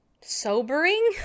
sobering